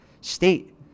state